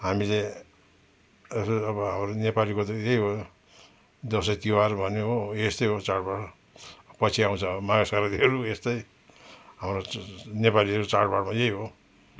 हामीले यस्तै छ अब हाम्रो नेपालीको त यही हो दसैँ तिहार भन्यो हो यस्तै हो चाडबाड पछि आउँछ अब माघे सङ्क्रान्तिहरू यस्तै हाम्रो नेपालीहरू चाडबाडमा यही हो